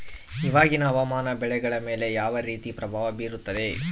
ಇವಾಗಿನ ಹವಾಮಾನ ಬೆಳೆಗಳ ಮೇಲೆ ಯಾವ ರೇತಿ ಪ್ರಭಾವ ಬೇರುತ್ತದೆ?